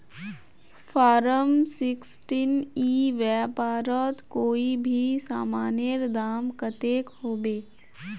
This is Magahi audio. फारम सिक्सटीन ई व्यापारोत कोई भी सामानेर दाम कतेक होबे?